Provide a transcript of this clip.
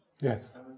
Yes